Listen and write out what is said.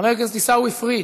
חבר הכנסת עיסאווי פריג'